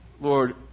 Lord